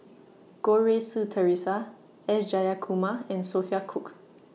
Goh Rui Si Theresa S Jayakumar and Sophia Cooke